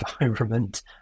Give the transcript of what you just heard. environment